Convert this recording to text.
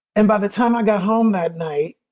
and by the time i got home that night